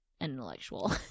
intellectual